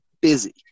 busy